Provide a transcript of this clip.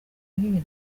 ntibibe